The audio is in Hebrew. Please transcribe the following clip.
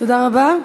תודה רבה.